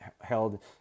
held